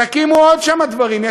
תקימו שם עוד דברים.